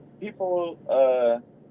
People